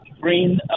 green